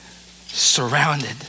surrounded